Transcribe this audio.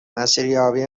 مسیریابی